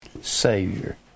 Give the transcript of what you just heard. Savior